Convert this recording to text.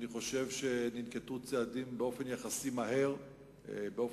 אני חושב שננקטו צעדים מהר באופן יחסי,